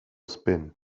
spin